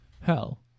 Hell